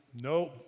no